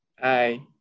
hi